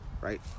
right